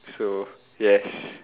so yes